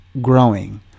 growing